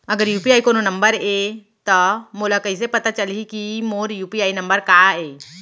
अगर यू.पी.आई कोनो नंबर ये त मोला कइसे पता चलही कि मोर यू.पी.आई नंबर का ये?